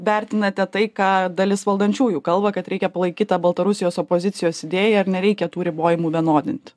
vertinate tai ką dalis valdančiųjų kalba kad reikia palaikyti baltarusijos opozicijos idėją ir nereikia tų ribojimų vienodinti